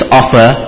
offer